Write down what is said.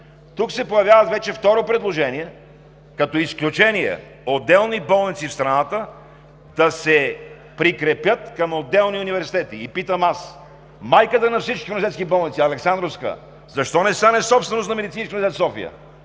Тук се появява вече второ предложение като изключение отделни болници в страната да се прикрепят към отделни университети. Питам аз: майката на всички университетски болници – Александровска, защо не стане собственост на Медицинския университет в София?